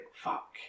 fuck